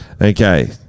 Okay